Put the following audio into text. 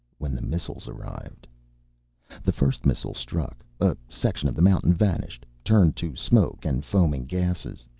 when the missiles arrived the first missile struck. a section of the mountain vanished, turned to smoke and foaming gasses.